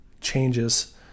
changes